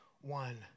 one